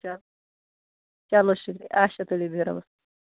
چلو چلو شُکریہ اچھا تُلِو بِہِو روبَس